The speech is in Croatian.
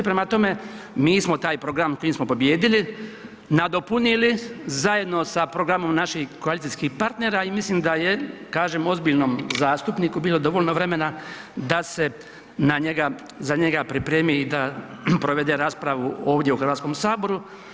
Prema tome, mi smo taj program, s kojim smo pobijedili nadopunili zajedno sa programom našim koalicijskih partnera i mislim da je kažem ozbiljnom zastupniku bilo dovoljno vremena da se za njega pripremi i da provede raspravu ovdje u Hrvatskom saboru.